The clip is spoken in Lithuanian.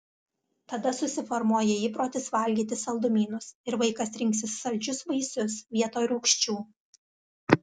tada susiformuoja įprotis valgyti saldumynus ir vaikas rinksis saldžius vaisius vietoj rūgščių